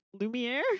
Lumiere